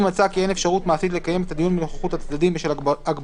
אם מצא כי אין אפשרות מעשית לקיים את הדיון בנוכחות הצדדים בשל הגבלות